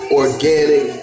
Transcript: organic